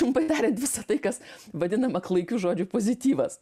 trumpai tariant visa tai kas vadinama klaikiu žodžiu pozityvas